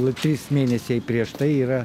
trys mėnesiai prieš tai yra